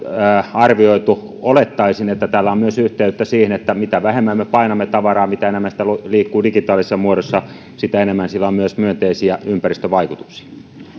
arvioitu olettaisin että tällä on yhteyttä myös niihin niin että mitä vähemmän me painamme tavaraa mitä enemmän sitä liikkuu digitaalisessa muodossa sitä enemmän sillä on myös myönteisiä ympäristövaikutuksia